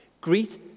Greet